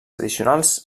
addicionals